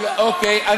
אלעזר, זה מה שאתה עושה.